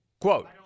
Quote